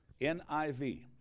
NIV